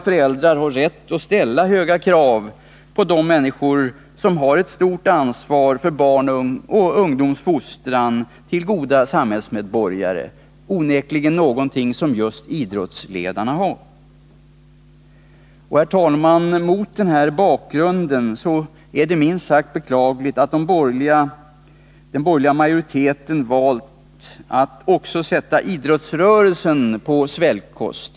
Föräldrar har rätt att ställa höga krav på de människor som har ett ansvar för barnens och ungdomarnas fostran till goda samhällsmedborgare, onekligen något som just idrottsledarna har. Herr talman! Mot denna bakgrund är det minst sagt beklagligt att den borgerliga majoriteten valt att också sätta idrottsrörelsen på svältkost.